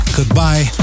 goodbye